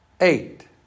Eight